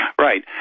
Right